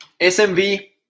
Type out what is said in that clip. SMV